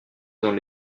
dans